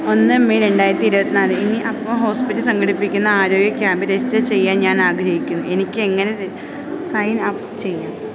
May രണ്ടായിരത്തി ഇരുപത്തിനാലിന് അപ്പൊ ഹോസ്പിറ്റല് സംഘടിപ്പിക്കുന്ന ആരോഗ്യ ക്യാമ്പില് റജിസ്റ്റര് ചെയ്യാൻ ഞാൻ ആഗ്രഹിക്കുന്നു എനിക്ക് എങ്ങനെ സൈൻ അപ്പ് ചെയ്യാം